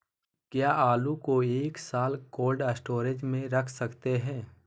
क्या आलू को एक साल कोल्ड स्टोरेज में रख सकते हैं?